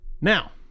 Now